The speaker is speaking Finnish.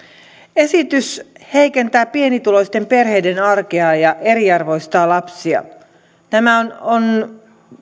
esitys heikentää pienituloisten perheiden arkea ja eriarvoistaa lapsia tämä on on